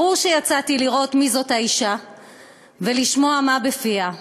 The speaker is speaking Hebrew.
ברור שיצאתי לראות מי זאת האישה ולשמוע מה בפיה.